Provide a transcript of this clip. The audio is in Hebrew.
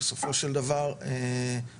בסופו של דבר חשוב,